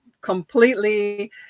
completely